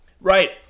Right